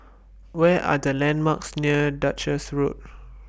What Are The landmarks near Duchess Road